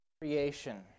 creation